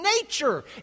nature